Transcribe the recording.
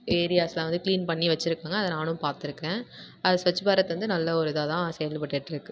ஏரியாஸ்லாம் வந்து க்ளீன் பண்ணி வச்சுருக்காங்க அதை நானும் பார்த்துருக்கேன் அது ஸ்வச் பாரத் வந்து நல்ல ஒரு இதாகதான் செயல்ப்பட்டுருக்கு